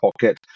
pocket